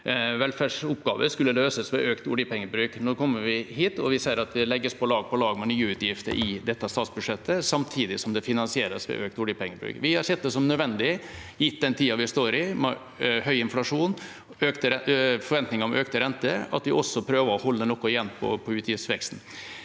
velferdsoppgaver skulle løses ved økt oljepengebruk. Nå kommer vi hit, og vi ser at det legges på lag på lag med nye utgifter i dette statsbudsjettet, samtidig som det finansieres ved økt oljepengebruk. Vi har sett det som nødvendig, gitt den tida vi lever i, med høy inflasjon og forventninger om økte renter, at vi prøver å holde noe igjen på utgiftsveksten.